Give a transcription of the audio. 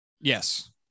Yes